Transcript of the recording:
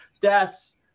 Deaths